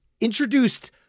introduced